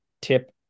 tip